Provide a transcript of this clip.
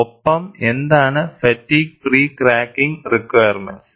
ഒപ്പം എന്താണ് fatigue pre cracking requirements